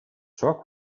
ciò